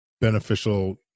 beneficial